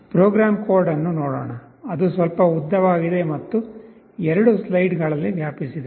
program code ಅನ್ನು ನೋಡೋಣ ಅದು ಸ್ವಲ್ಪ ಉದ್ದವಾಗಿದೆ ಮತ್ತು 2 ಸ್ಲೈಡ್ಗಳಲ್ಲಿ ವ್ಯಾಪಿಸಿದೆ